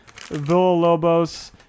Villalobos